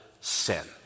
sin